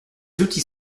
outils